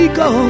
go